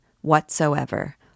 whatsoever